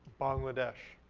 bangladesh,